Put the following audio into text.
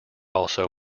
also